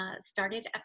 started